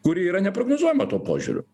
kuri yra neprognozuojama tuo požiūriu